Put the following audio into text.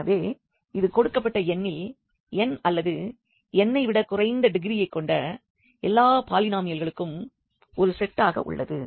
எனவே இது கொடுக்கப்பட்ட n இல் n அல்லது n ஐ விட குறைந்த டிகிரீயைக் கொண்ட எல்லா பாலினாமியல்களுக்கும் ஒரு செட்டாக உள்ளது